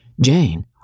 Jane